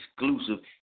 Exclusive